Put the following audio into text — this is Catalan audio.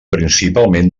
principalment